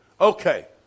Okay